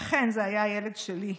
ואכן, זה היה הילד שלי.